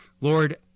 Lord